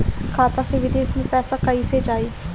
खाता से विदेश मे पैसा कईसे जाई?